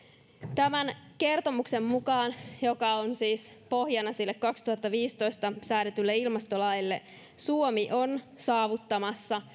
tämän kertomuksen mukaan joka on siis pohjana sille kaksituhattaviisitoista säädetylle ilmastolaille suomi on saavuttamassa